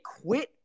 quit